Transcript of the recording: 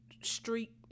street